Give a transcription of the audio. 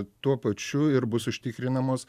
tuo pačiu ir bus užtikrinamos